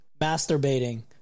Masturbating